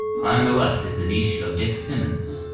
high on the left is the niche of dick simmons.